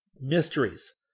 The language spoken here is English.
Mysteries